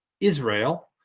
Israel